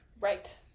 Right